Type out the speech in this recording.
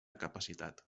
capacitat